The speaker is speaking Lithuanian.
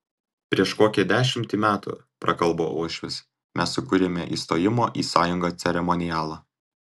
prieš kokią dešimtį metų prakalbo uošvis mes sukūrėme įstojimo į sąjungą ceremonialą